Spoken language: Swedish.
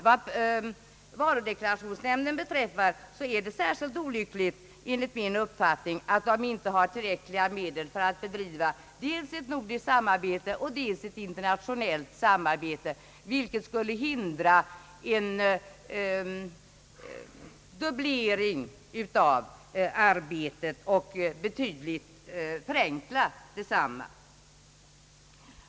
Vad varudeklarationsnämnden beträffar är det enligt min uppfattning särskilt olyckligt att den inte har tillräckliga medel för att bedriva dels ett nordiskt samarbete och dels ett internationellt samarbete, vilket skulle förhindra en dubblering av arbetet och betydligt förenkla detta.